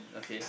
okay